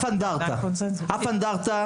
אבל לא ציינת אף אנדרטה.